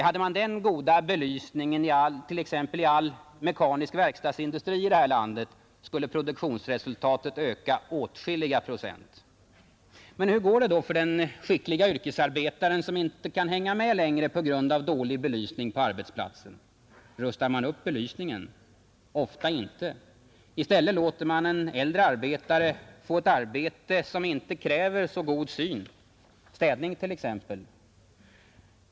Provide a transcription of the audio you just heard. Hade man den goda belysningen i t.ex. all mekanisk verkstadsindustri i det här landet, skulle produktionsresultatet öka åtskilliga procent. Men hur går det för den skicklige yrkesarbetaren som inte kan hänga med längre på grund av dålig belysning på arbetsplatsen? Rustar man upp belysningen? Ofta inte! I stället låter man en äldre arbetare få ett arbete som inte kräver så god syn — städning t.ex.